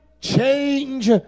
change